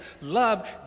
love